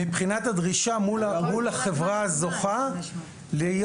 מבחינת הדרישה מול החברה הזוכה להיות